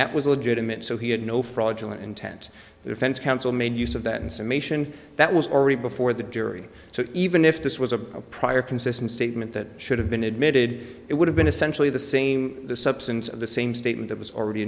that was legitimate so he had no fraudulent intent defense counsel made use of that in summation that was already before the jury so even if this was a prior consistent statement that should have been admitted it would have been essentially the same the substance of the same statement that was already